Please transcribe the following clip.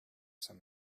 some